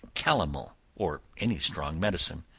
calomel, or any strong medicine.